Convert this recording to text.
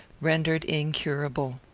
rendered incurable.